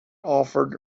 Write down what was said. offered